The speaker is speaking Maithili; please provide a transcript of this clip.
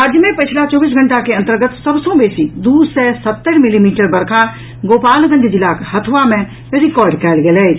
राज्य मे पछिला चौबीस घंटा के अन्तर्गत सभ सँ बेसी दू सय सत्तरि मिलीमीटर वर्षा गोपालगंज जिलाक हथुआ मे रिकॉर्ड कयल गेल अछि